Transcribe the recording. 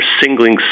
singling